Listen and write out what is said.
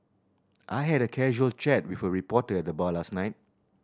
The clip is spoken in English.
I had a casual chat with a reporter at the bar last night